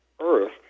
Earth